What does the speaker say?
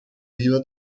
riva